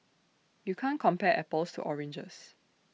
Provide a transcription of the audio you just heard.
you can't compare apples to oranges